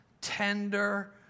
tender